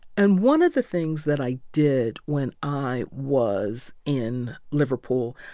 and one of the things that i did when i was in liverpool,